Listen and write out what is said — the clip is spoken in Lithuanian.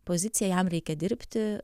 poziciją jam reikia dirbti